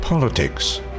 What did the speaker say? Politics